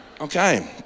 Okay